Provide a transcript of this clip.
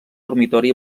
dormitori